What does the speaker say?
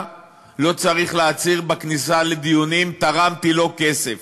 לא צריך להצהיר בכניסה לדיונים "תרמתי לו כסף",